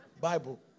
Bible